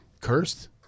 Cursed